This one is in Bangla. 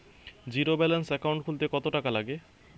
জীরো ব্যালান্স একাউন্ট খুলতে কত টাকা লাগে?